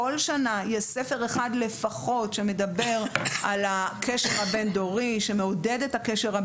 יש ספר אחד לפחות שמדבר על הקשר הבין-דורי ומעודד אותו,